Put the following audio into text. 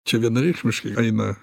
čia vienareikšmiškai eina